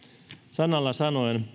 sanalla sanoen